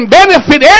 benefit